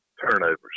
turnovers